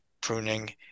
pruning